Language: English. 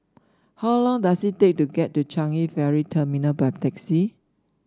how long does it take to get to Changi Ferry Terminal by taxi